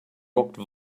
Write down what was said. rocked